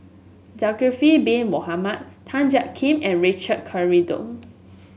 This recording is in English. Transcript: Zulkifli Bin Mohamed Tan Jiak Kim and Richard Corridon